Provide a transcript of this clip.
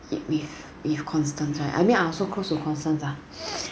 with with constance right I mean I also close with constance ah